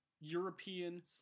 European